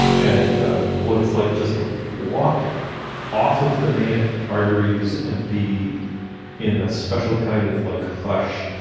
and what it's like just to walk off of the main arteries and be in a special kind of like hush,